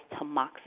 tamoxifen